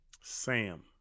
Sam